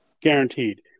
guaranteed